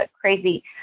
crazy